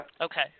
Okay